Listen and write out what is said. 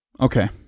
Okay